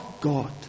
God